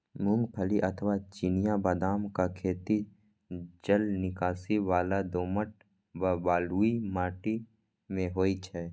मूंगफली अथवा चिनिया बदामक खेती जलनिकासी बला दोमट व बलुई माटि मे होइ छै